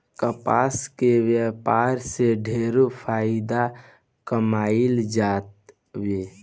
कपास के व्यापार से ढेरे फायदा कमाईल जातावे